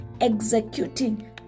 executing